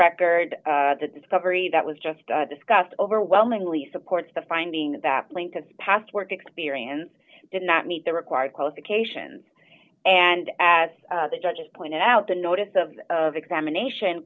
record the discovery that was just discussed overwhelmingly supports the finding that lincoln's past work experience did not meet the required qualifications and as the judge pointed out the notice of examination